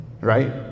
right